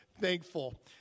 thankful